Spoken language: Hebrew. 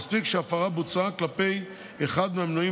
מספיק שההפרה בוצעה כלפי אחד מהמנויים